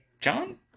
John